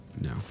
No